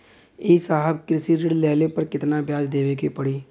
ए साहब कृषि ऋण लेहले पर कितना ब्याज देवे पणी?